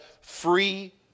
free